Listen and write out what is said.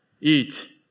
eat